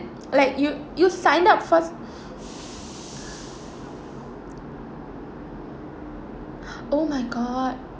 like you you signed up first oh my god